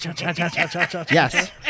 Yes